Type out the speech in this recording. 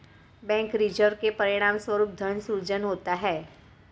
bank reserve के परिणामस्वरूप धन सृजन होता है